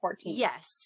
Yes